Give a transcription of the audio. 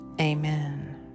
Amen